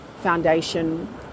Foundation